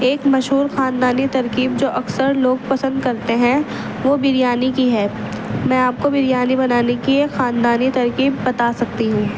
ایک مشہور خاندانی ترکیب جو اکثر لوگ پسند کرتے ہیں وہ بریانی کی ہے میں آپ کو بریانی بنانے کی ایک خاندانی ترکیب بتا سکتی ہوں